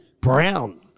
Brown